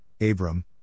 Abram